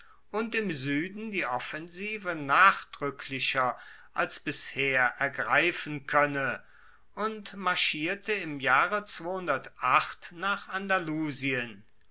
und im sueden die offensive nachdruecklicher als bisher ergreifen koenne und marschierte im jahre nach andalusien